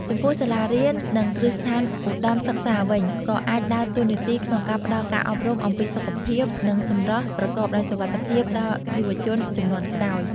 ចំពោះ សាលារៀន និងគ្រឹះស្ថានឧត្តមសិក្សាវិញ ក៏អាចដើរតួនាទីក្នុងការផ្តល់ការអប់រំអំពីសុខភាព និងសម្រស់ប្រកបដោយសុវត្ថិភាពដល់យុវជនជំនាន់ក្រោយ។